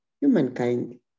humankind